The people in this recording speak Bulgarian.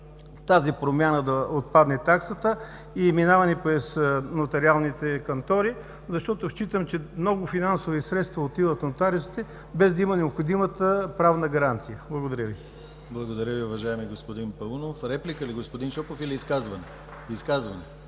тази промяна да отпадне таксата и минаването през нотариалните кантори, защото считам, че много финансови средства отиват в нотариусите без да има необходимата правна гаранция. Благодаря Ви. ПРЕДСЕДАТЕЛ ДИМИТЪР ГЛАВЧЕВ: Благодаря Ви, уважаеми господин Паунов! Репликата ли господин Шопов или изказване? Изказване.